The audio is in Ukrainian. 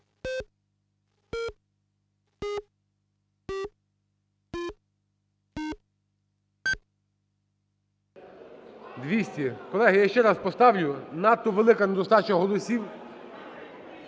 За-200 Колеги, я ще раз поставлю, надто велика недостача голосів.